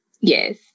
Yes